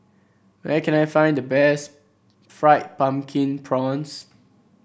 where can I find the best Fried Pumpkin Prawns